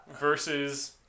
Versus